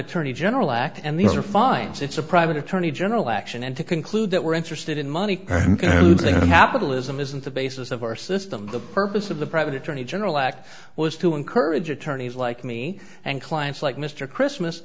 attorney general act and these are fines it's a private attorney general action and to conclude that we're interested in money losing the capital isn't isn't the basis of our system the purpose of the private attorney general at well is to encourage attorneys like me and clients like mr christmas